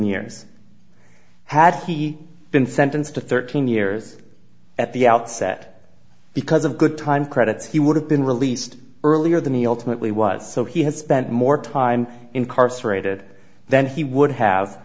years had he been sentenced to thirteen years at the outset because of good time credits he would have been released earlier the me ultimately was so he has spent more time incarcerated then he would have